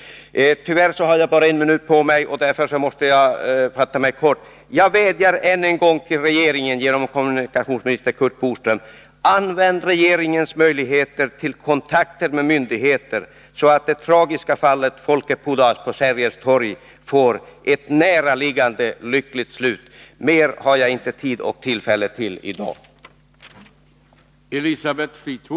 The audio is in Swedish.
Tyvärr har jag bara en minut på mig. Därför måste jag fatta mig kort. Jag vädjar än en gång till regeringen genom kommunikationsminister Curt Boström: Använd regeringens möjligheter för kontakt med myndigheter, så att det tragiska fallet Folke Pudas på Sergels torg får ett snart och lyckligt slut! Mer har jag inte tid och tillfälle att säga i dag.